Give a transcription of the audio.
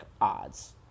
odds